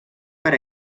per